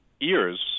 ears